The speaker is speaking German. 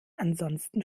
ansonsten